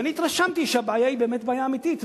ואני התרשמתי שהבעיה היא בעיה אמיתית,